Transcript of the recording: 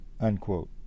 unquote